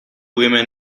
women